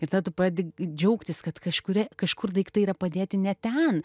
ir tada tu pradedi džiaugtis kad kažkuri kažkur daiktai yra padėti ne ten